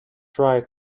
try